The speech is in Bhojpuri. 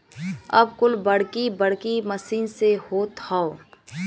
अब कुल बड़की बड़की मसीन से होत हौ